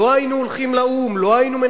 לא היינו הולכים לאו"ם?